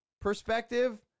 perspective